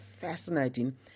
fascinating